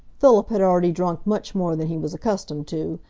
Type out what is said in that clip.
philip had already drunk much more than he was accustomed to,